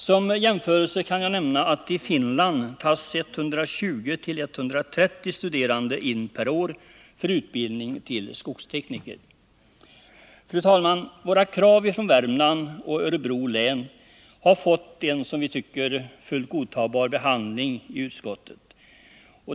Som jämförelse kan jag nämna att det i Finland tas in 120-130 studerande per år för utbildning till skogstekniker. Fru talman! Våra krav från Värmland och från Örebro län har fått en som vi tycker fullt godtagbar behandling i utskottet.